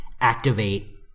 activate